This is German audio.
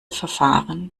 verfahren